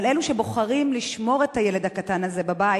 אבל אלו שבוחרים לשמור את הילד הקטן הזה בבית,